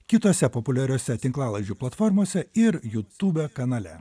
kitose populiariose tinklalaidžių platformose ir jutube kanale